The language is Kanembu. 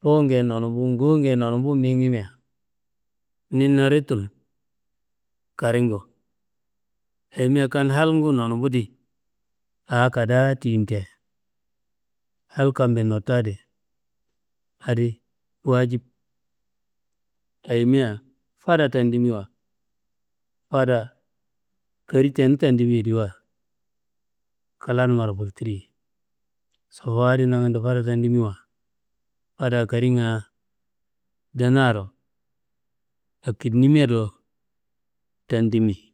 fuwunge ye nonumbu ngawunge ye nonumbu migimea, niyi naditun karinguwo. Ayimia kan halngu nonumbuwa di awo kadaa tiyin te hal kambe notta di, adi waajib. Ayimia fada tandimiwa, fada kari tenu tandimiyediwa klanumaro furtiriyi. Sofowu adi nangando fada tandimiwa, fadakaringa ndunaro akidnimia do tandimi.